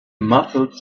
muffled